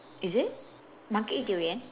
is it monkey eat durian